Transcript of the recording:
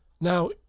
Now